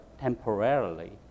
temporarily